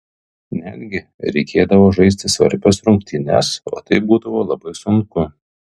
netgi reikėdavo žaisti svarbias rungtynes o tai būdavo labai sunku